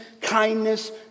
kindness